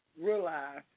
realize